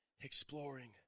exploring